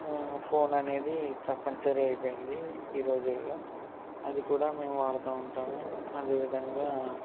phone అనేది తప్పనిసరి అయిపోయింది ఈ రోజుల్లో అది కూడా మేము వాడుతూ ఉంటాము అదే విధంగా